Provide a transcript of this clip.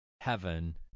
heaven